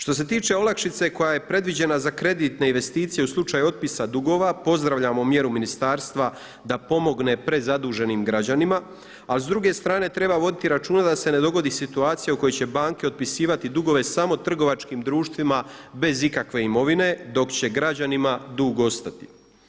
Što se tiče olakšice koja je predviđena za kreditne investicije u slučaju otpisa dugova, pozdravljamo mjeru ministarstva da pomogne prezaduženim građanima, al s druge strane treba voditi računa da se ne dogodi situacija u kojoj će banke otpisivati dugove samo trgovačkim društvima bez ikakve imovine dok će građanima dug ostati.